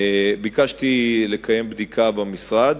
ביקשתי לקיים בדיקה במשרד.